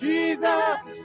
Jesus